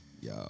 Yo